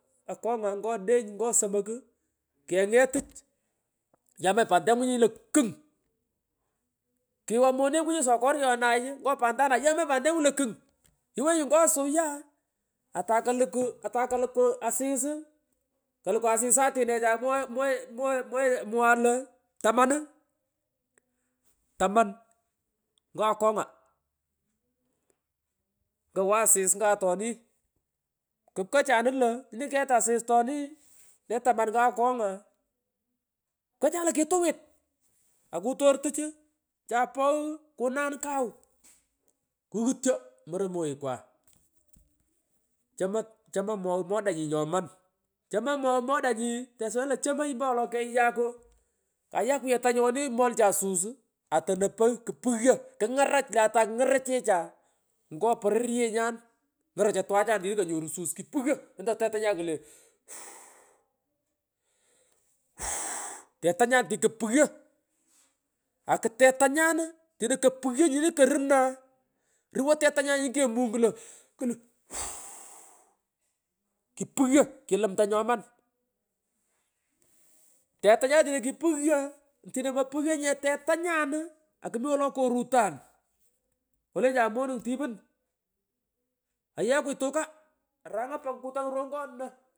Akenya ngo odeny ngo somok uuh kenget tuch nyamanyi pantangu nyi lo kung kiwa monekanyi sokoryanay ngo pantanay yamanyi pantengunyi lo kung iwenyi ngo soya atay kaluku atay kaluk asis katuku asis saatinechay mwogheka mwoghe mwogkha mwongare io taman uuhmmh toman ngo akonga kawo ais ngo atoni kupkochanun lo nyini ket. Asis atonee le taman ngwa akonga pkochanun lo kituwit ghh akutor tuch uuh chapogh kunan kaw khughutyo morog. Moghekwa mmh chomoy mogh tesuwena lo chomoy chomoy ampowolo keyakwa kayakuyan tanyoni moitany suus uu atorio pogh kupughya knarach lenyay ngorokacha ngo porovyenyan ngorocho twachan tini konyoru sus kupughyo lentoy tetanyan. Kleufufuu uuvuu tetanyan tino kopughyo akutetanyan atino kopughyo tini koru naah ruwoy tetanyari tini kumany klo klo vfuuuu ki9paghyo kilumta nyoman kumugh tetanyan tino kipughyo tino mopughyonye akumi wolo korutan olensani monung tieun ayakway tuka aranga kpa kwe rongoni naooh.